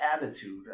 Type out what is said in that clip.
attitude